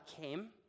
came